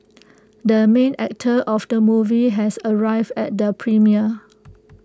the main actor of the movie has arrived at the premiere